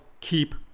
Keep